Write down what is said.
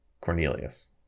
cornelius